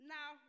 Now